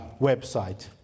website